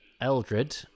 Eldred